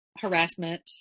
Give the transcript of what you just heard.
harassment